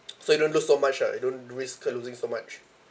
so you don't lose so much ah you don't risk losing so much